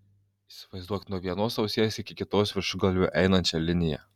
įsivaizduok nuo vienos ausies iki kitos viršugalviu einančią liniją